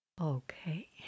Okay